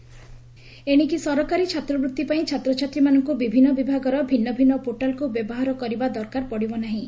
ଛାତ୍ରବୃତ୍ତି ପୋର୍ଟାଲ ଲୋକାର୍ପିତ ଏଶିକି ସରକାରୀ ଛାତ୍ରବୃତ୍ତି ପାଇଁ ଛାତ୍ରଛାତ୍ରୀମାନଙ୍କୁ ବିଭିନ୍ନ ବିଭାଗର ଭିନ୍ନ ଭିନ୍ନ ପୋର୍ଟାଲକୁ ବ୍ୟବହାର କରିବା ଦରକାର ପଡିବ ନାହିଁ